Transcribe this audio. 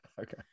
okay